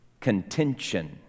contention